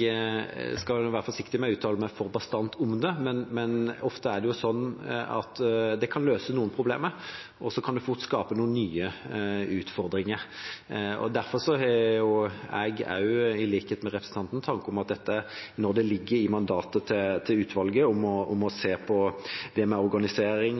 Jeg skal være forsiktig med å uttale meg for bastant om det, men ofte er det sånn at det kan løse noen problemer, og så kan det fort skape noen nye utfordringer. Derfor har jeg, i likhet med representanten Sem-Jacobsen, tanker om at dette, når det ligger i mandatet til utvalget å se på organisering og ansvarsfordeling, er noe de kan gå inn på i sin drøfting. Nå er mandatet gitt, og som sagt har det noe med organisering